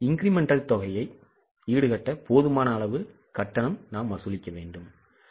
incremental தொகையை ஈடுகட்ட போதுமான அளவு கட்டணம் வசூலிக்க விரும்புகிறோம்